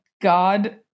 God